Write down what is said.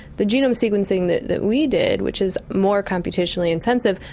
the genome sequencing that that we did, which is more computationally intensive,